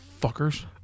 Fuckers